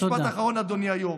משפט אחרון, אדוני היו"ר.